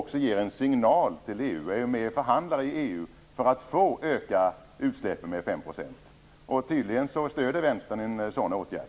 Det ger en signal till EU, där ni är med och förhandlar för att få öka utsläppen med 5 %. Vänstern stöder tydligen en sådan åtgärd.